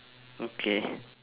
okay